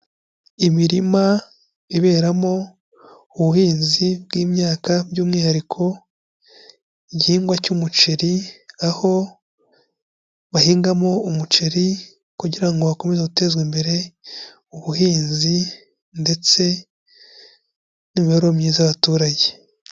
Imirima iberamo ubuhinzi bw'imyaka by'umwihariko igihingwa cy'umuceri, aho bahingamo umuceri kugira ngo hakomeze gutezwa imbere ubuhinzi ndetse n'imibereho myiza y'abaturage.